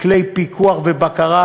כלי פיקוח ובקרה,